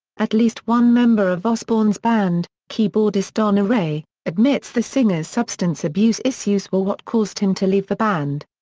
at least one member of osbourne's band, keyboardist don airey, admits the singer's substance abuse issues were what caused him to leave the band.